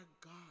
God